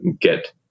get